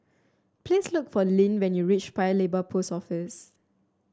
please look for Linn when you reach Paya Lebar Post Office